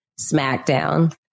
SmackDown